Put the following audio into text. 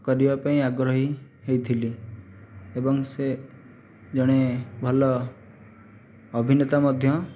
କରିବା ପାଇଁ ଆଗ୍ରହୀ ହୋଇଥିଲି ଏବଂ ସେ ଜଣେ ଭଲ ଅଭିନେତା ମଧ୍ୟ